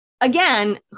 Again